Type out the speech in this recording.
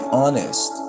honest